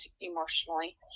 emotionally